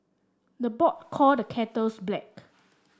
the pot call the kettles black